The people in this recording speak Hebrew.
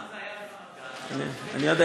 פעם זה היה, אני יודע.